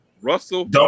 Russell